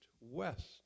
west